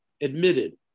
admitted